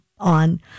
On